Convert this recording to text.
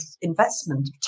investment